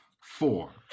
Four